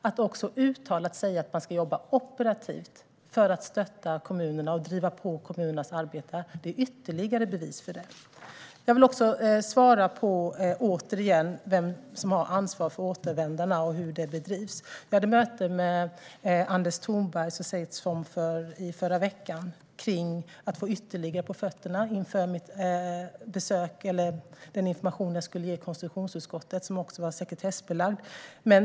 Att också uttalat säga att man ska jobba operativt för att stötta kommunerna och driva på kommunernas arbete är ytterligare bevis för det. Jag vill också återigen svara på vem som har ansvar för återvändarna och hur det arbetet bedrivs. Jag hade möte med Anders Thornberg så sent som i förra veckan för att få ytterligare på fötterna inför den information jag skulle ge konstitutionsutskottet, som också var sekretessbelagd.